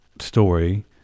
story